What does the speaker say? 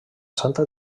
santa